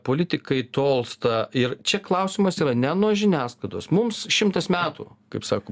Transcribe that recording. politikai tolsta ir čia klausimas yra ne nuo žiniasklaidos mums šimtas metų kaip sako